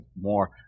more